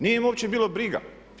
Nije ih uopće bilo briga.